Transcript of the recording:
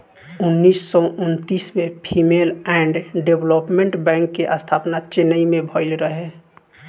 उन्नीस सौ उन्तीस में फीमेल एंड डेवलपमेंट बैंक के स्थापना चेन्नई में भईल रहे